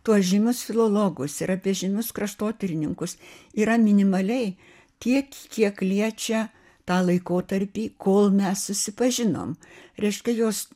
tuos žymius filologus ir apie žymius kraštotyrininkus yra minimaliai tiek kiek liečia tą laikotarpį kol mes susipažinom reiškia jos